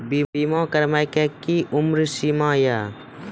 बीमा करबे के कि उम्र सीमा या?